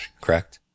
correct